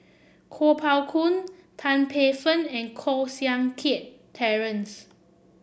Kuo Pao Kun Tan Paey Fern and Koh Seng Kiat Terence